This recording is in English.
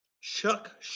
Chuck